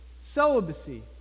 celibacy